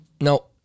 No